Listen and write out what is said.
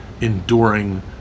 enduring